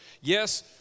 Yes